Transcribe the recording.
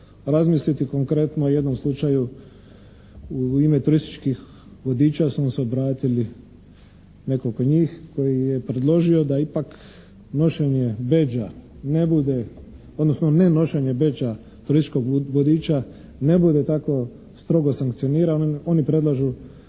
razmisliti konkretno o jednom slučaju u ime turističkih vodiča su nam se obratili nekoliko njih koji je predložio da ipak nošenje bedža ne bude odnosno ne nošenje bedža turističkog vodiča ne bude tako strogo sankcioniran. Oni predlažu